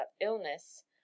illness